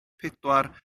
pedwar